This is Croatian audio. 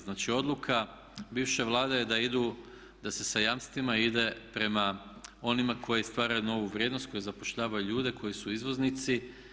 Znači odluka bivše Vlade je da idu, da se sa jamstvima ide prema onima koji stvaraju novu vrijednost, koji zapošljavaju ljude koji su izvoznici.